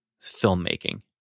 filmmaking